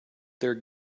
their